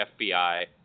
FBI